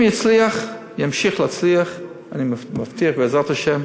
אם יצליח, ימשיך להצליח, אני מבטיח, בעזרת השם,